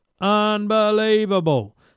unbelievable